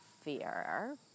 fear